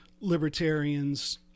libertarians